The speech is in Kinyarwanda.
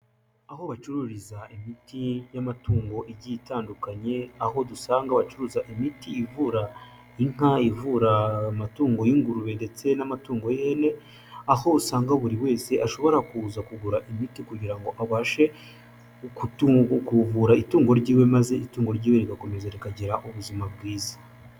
Aho bacururiza imiti y'amatungo igiye itandukanye aho dusanga bacuruza imiti ivura inka, ivura amatungo y'ingurube ndetse n'amatungo y'ihene, aho usanga buri wese ashobora kuza kugura imiti kugira ngo abashe kuvura itungo ry'iwe maze itungo ry'iwe rigakomeza rikagira ubuzima bwiza.